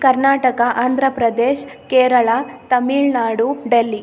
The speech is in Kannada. ಕರ್ನಾಟಕ ಆಂಧ್ರಪ್ರದೇಶ್ ಕೇರಳ ತಮಿಳುನಾಡು ಡೆಲ್ಲಿ